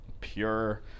pure